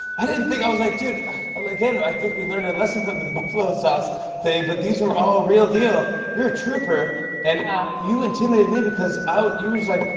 i didn't think i was like, dude again, i think we learned our lesson from the buffalo sauce today, but these were all real deal. you're a trouper and you intimidated me, because you were just like,